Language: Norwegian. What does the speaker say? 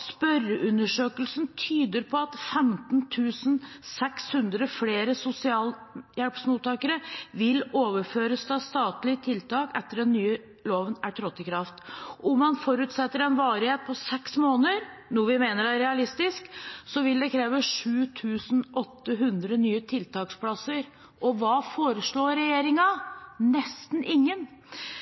«Spørreundersøkelsen tyder på at 15 600 flere sosialhjelpsmottakere vil overføres til statlige tiltak etter at den nye loven er trådt i kraft. Om man forutsetter en varighet av disse tiltakene på 6 måneder, noe vi mener er realistisk, vil dette kreve 7 800 nye plasser». Og hva foreslår regjeringen? Nesten ingen.